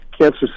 cancer